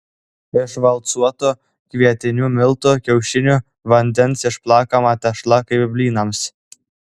iš valcuotų kvietinių miltų kiaušinių vandens išplakama tešla kaip blynams